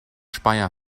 speyer